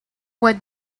what